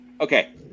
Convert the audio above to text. Okay